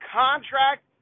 contract